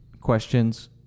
questions